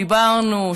דיברנו,